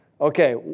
Okay